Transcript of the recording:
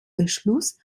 beschluss